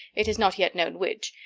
it is not yet known which,